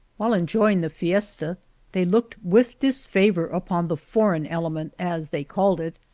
while enjoying the fiesta they looked with disfavor upon the foreign element, as they called it,